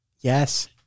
Yes